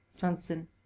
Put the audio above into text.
johnson